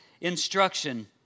instruction